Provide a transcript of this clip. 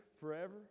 forever